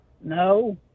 No